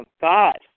god